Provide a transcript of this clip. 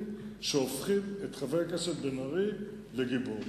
שהופכים את חבר הכנסת בן-ארי לגיבור.